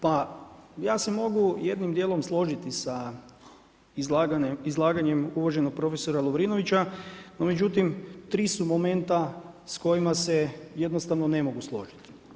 Pa ja se mogu jednim dijelom složiti sa izlaganjem uvaženog prof. Lovrinovića, no međutim tri su momenta s kojima se jednostavno ne mogu složiti.